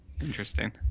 Interesting